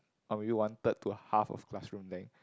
or maybe one third to half of classroom length